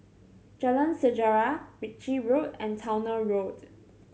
Jalan Sejarah Ritchie Road and Towner Road